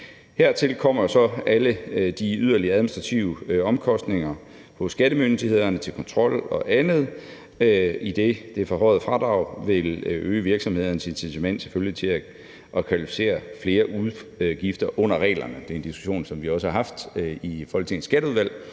Hertil kommer jo så alle de yderligere administrative omkostninger hos skattemyndighederne til kontrol og andet, idet det forhøjede fradrag selvfølgelig vil øge virksomhedernes incitament til at kvalificere flere udgifter under reglerne. Det er en diskussion, vi også har haft i Folketingets Skatteudvalg,